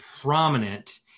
prominent